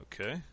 Okay